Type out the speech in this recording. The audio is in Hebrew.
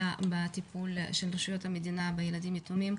בטיפול של רשויות המדינה בילדים יתומים.